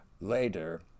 later